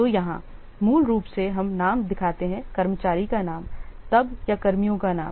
तो यहाँ मूल रूप से हम नाम दिखाते हैं कर्मचारी का नाम तब या कर्मियों का नाम